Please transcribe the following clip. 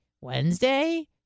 Wednesday